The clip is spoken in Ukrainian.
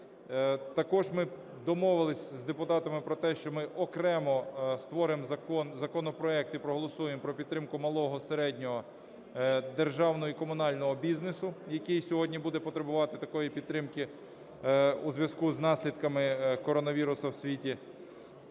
Також ми домовились з депутатами про те, що ми окремо створимо законопроект і проголосуємо про підтримку малого, середнього, державного і комунального бізнесу, який сьогодні буде потребувати такої підтримки у зв'язку з наслідками коронавірусу в світі.